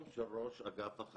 שום בדיקה.